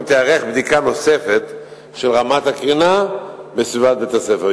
תיערך בדיקה נוספת של רמת הקרינה בסביבת בית-הספר.